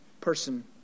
person